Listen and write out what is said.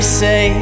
say